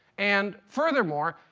and furthermore,